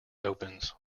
opens